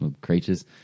creatures